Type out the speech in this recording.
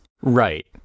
Right